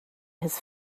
his